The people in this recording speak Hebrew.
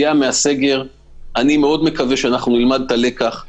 אני מאוד מקווה שנלמד את הלקח לגבי היציאה מהסגר,